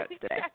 today